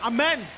Amen